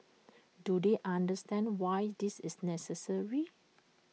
do they understand why this is necessary